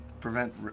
Prevent